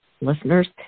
Listeners